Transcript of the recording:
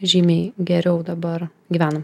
žymiai geriau dabar gyvenam